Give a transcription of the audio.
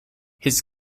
his